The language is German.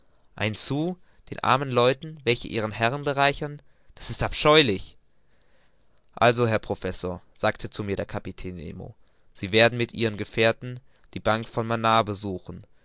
ein sou den armen leuten welche ihre herren bereichern das ist abscheulich also herr professor sagte zu mir der kapitän nemo sie werden mit ihren gefährten die bank von manaar besuchen